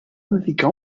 dedicar